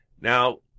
Now